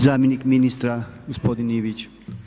Zamjenik ministra, gospodin Ivić.